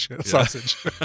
sausage